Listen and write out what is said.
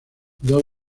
dos